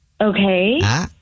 Okay